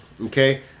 okay